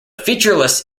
featureless